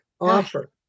Offer